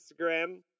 Instagram